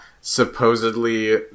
supposedly